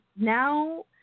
now